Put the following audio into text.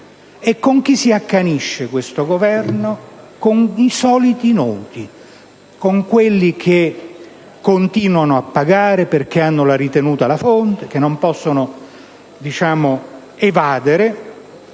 E con chi si accanisce questo Governo? Con i soliti noti, con quelli che continuano a pagare perché hanno la ritenuta alla fonte e che non possono evadere.